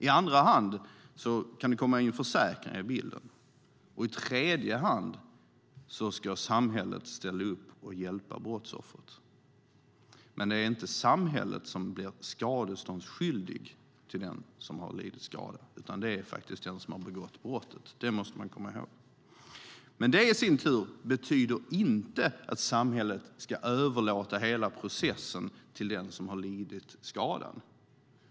I andra hand kan det komma in försäkringar i bilden, och i tredje hand ska samhället ställa upp och hjälpa brottsoffret. Men det är inte samhället som blir skadeståndsskyldigt till den som lidit skada, utan det är faktiskt den som har begått brottet. Det måste man komma ihåg. Detta i sin tur betyder inte att samhället ska överlåta hela processen till den som har lidit skadan.